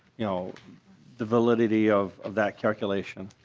you know the validity of of that calculation?